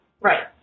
Right